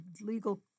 legal